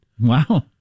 Wow